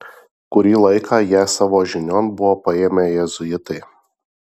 kurį laiką ją savo žinion buvo paėmę jėzuitai